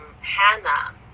Hannah